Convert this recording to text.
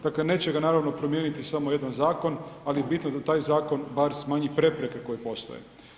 Dakle neće ga naravno promijeniti samo jedan zakon ali je bitno da taj zakon bar smanji prepreke koje postoje.